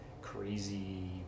crazy